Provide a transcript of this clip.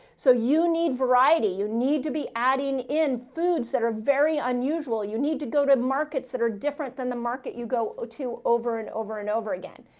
so you need variety. you need to be adding in foods that are very unusual. you need to go to markets that are different than the market you go ah to over and over and over again.